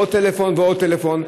עוד טלפון ועוד טלפון,